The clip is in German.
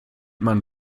man